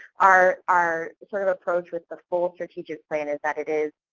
our our sort of approach with the full strategic plan is that it is